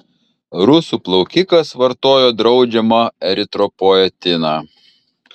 rusų plaukikas vartojo draudžiamą eritropoetiną